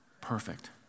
Perfect